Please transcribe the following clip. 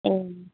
ए